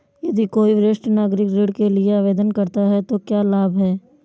यदि कोई वरिष्ठ नागरिक ऋण के लिए आवेदन करता है तो क्या लाभ हैं?